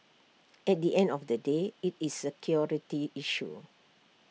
at the end of the day IT is A security issue